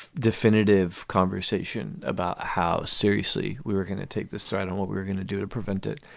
definitive conversation about how seriously we were going to take this threat and what we're gonna do to prevent it.